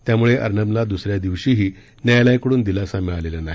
त्यामुळे अर्णब यांना द्सऱ्या दिवशीही न्यायालयाकडून दिलासा मिळालेला नाही